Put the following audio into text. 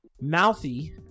mouthy